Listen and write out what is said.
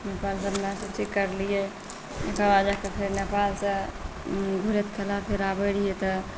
नेपाल सभमे करलियै ओकर बाद जाए कऽ फेर नेपालसँ घुरैत कला फेर आबैत रहियै तऽ